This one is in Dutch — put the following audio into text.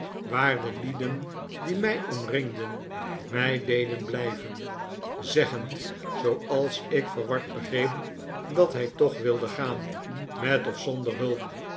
de lieden die mij omringden mij deden blijven zeggend zooals ik verward begreep dat hij toch wilde gaan met of zonder hulp